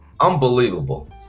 Unbelievable